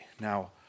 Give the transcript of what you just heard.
Now